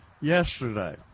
Yesterday